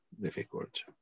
Difficult